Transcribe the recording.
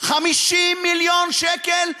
50 מיליון שקל,